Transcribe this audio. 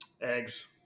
Eggs